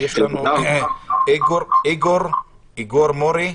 איגור מורי,